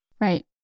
Right